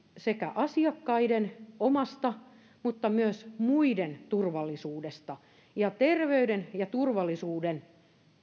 sekä asiakkaiden omasta mutta myös muiden turvallisuudesta ja terveyden ja turvallisuuden